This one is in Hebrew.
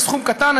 זה סכום קטן.